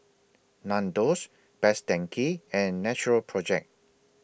Nandos Best Denki and Natural Project